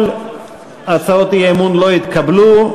כל הצעות האי-אמון לא התקבלו.